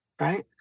right